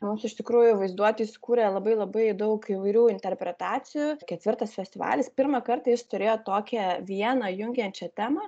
mums iš tikrųjų vaizduotė sukūrė labai labai daug įvairių interpretacijų ketvirtas festivalis pirmą kartą jis turėjo tokią vieną jungiančią temą